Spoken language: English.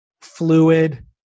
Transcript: fluid